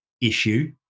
issue